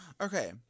Okay